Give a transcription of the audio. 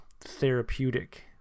therapeutic